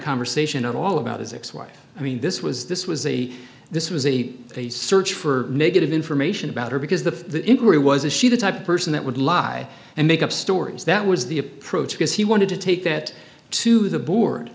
conversation at all about his ex wife i mean this was this was a this was a search for negative information about her because the inquiry was a she the type of person that would lie and make up stories that was the approach because he wanted to take that to the board